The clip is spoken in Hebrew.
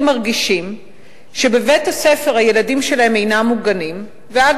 מרגישים שהילדים שלהם אינם מוגנים בבית-הספר,